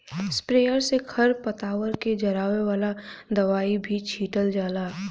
sprayer से खर पतवार के जरावे वाला दवाई भी छीटल जाला